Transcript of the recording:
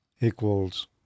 equals